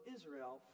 Israel